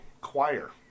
choir